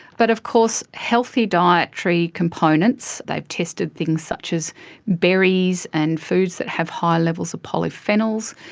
but of course healthy dietary components, they've tested things such as berries and foods that have high levels of polyphenols,